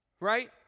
Right